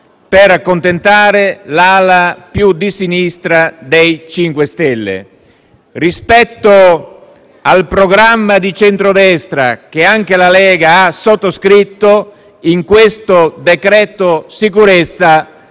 per accontentare l'ala più di sinistra del MoVimento 5 Stelle. Del programma di centrodestra, che anche la Lega ha sottoscritto, nel decreto sicurezza